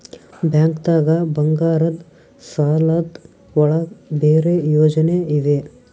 ಬ್ಯಾಂಕ್ದಾಗ ಬಂಗಾರದ್ ಸಾಲದ್ ಒಳಗ್ ಬೇರೆ ಯೋಜನೆ ಇವೆ?